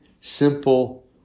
simple